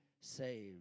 saved